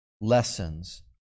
lessons